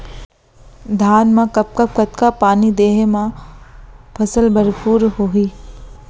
धान मा कब कब कतका पानी देहे मा फसल भरपूर होही?